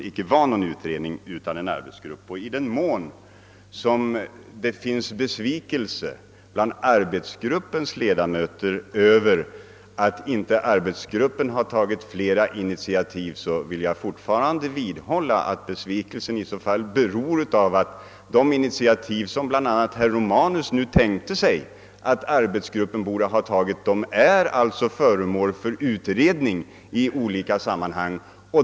I den mån det finns besvikelse bland arbetsgruppens ledamöter över att arbetsgruppen inte har tagit fler initiativ beror detta i så fall på att de initiativ som bland andra herr Romanus nu tänkte sig att arbetsgruppen skulle ha tagit redan är föremål för utredning.